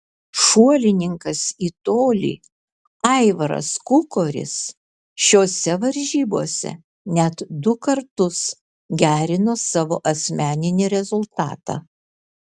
šuolininkas į tolį aivaras kukoris šiose varžybose net du kartus gerino savo asmeninį rezultatą